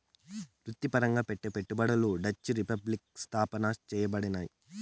వృత్తిపరంగా పెట్టే పెట్టుబడులు డచ్ రిపబ్లిక్ స్థాపన చేయబడినాయి